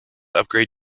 upgrade